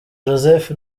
joseph